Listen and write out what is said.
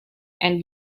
and